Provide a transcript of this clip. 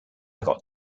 got